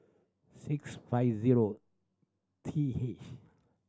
six five zero T H